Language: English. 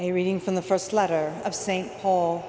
a reading from the st letter of st paul